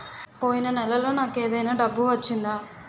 పోయిన నెలలో నాకు ఏదైనా డబ్బు వచ్చిందా?